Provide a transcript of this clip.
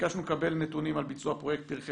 ביקשנו לקבל נתונים על ביצוע פרויקט "פרחי